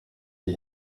die